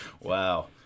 Wow